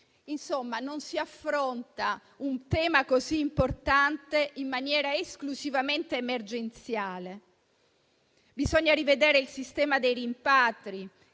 Insomma, non si affronta un tema così importante in maniera esclusivamente emergenziale. Bisogna rivedere il sistema dei rimpatri,